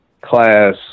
class